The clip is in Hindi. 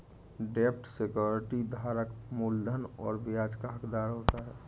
डेब्ट सिक्योरिटी धारक मूलधन और ब्याज का हक़दार होता है